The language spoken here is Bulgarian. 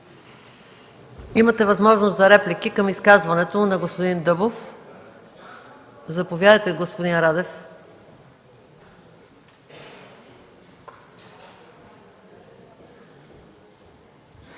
Имате възможност за реплики към изказването на господин Дъбов. Заповядайте, господин Радев.